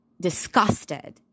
disgusted